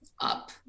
up